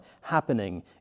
happening